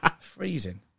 Freezing